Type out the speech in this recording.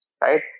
right